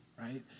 right